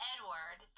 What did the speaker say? Edward